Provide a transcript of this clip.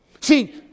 See